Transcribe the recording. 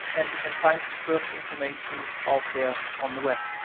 and you can find some first information out there on the web.